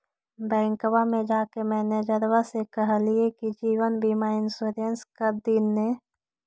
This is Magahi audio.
बैंकवा मे जाके मैनेजरवा के कहलिऐ कि जिवनबिमा इंश्योरेंस कर दिन ने?